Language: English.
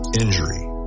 injury